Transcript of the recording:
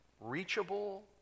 reachable